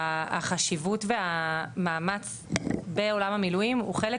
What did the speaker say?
החשיבות והמאמץ בעולם המילואים הוא חלק